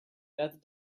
death